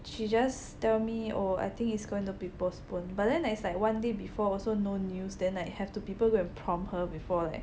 she just tell me oh I think it's going to be postponed but then like it's like one day before also no news then like have to people go and prompt her before like